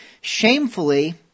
Shamefully